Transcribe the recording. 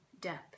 depth